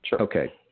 Okay